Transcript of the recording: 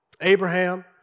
Abraham